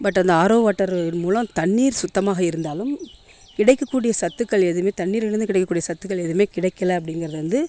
but அந்த RO water மூலம் தண்ணீர் சுத்தமாக இருந்தாலும் கிடைக்கக்கூடிய சத்துக்கள் ஏதுமே தண்ணீரிலிருந்து கிடைக்கக்கூடிய சத்துக்கள் எதுவுமே கிடைக்கலை அப்படிங்கிறது வந்து